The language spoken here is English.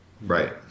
right